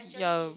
ya